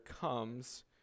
comes